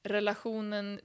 relationen